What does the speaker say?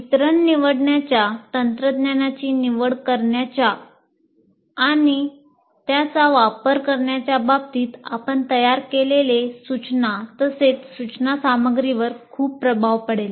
वितरण निवडण्याच्या तंत्रज्ञानाची निवड करण्याच्या आणि त्याचा वापर करण्याच्या बाबतीत आपण तयार केलेल्या सूचना तसेच सूचना सामग्रीवर खूप प्रभाव पडेल